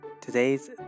Today's